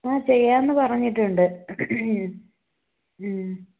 ആ ചെയ്യാം എന്ന് പറഞ്ഞിട്ട് ഉണ്ട് മ് മ്